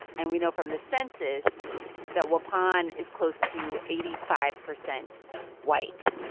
and we know from the census that waupun is close to eighty five percent white.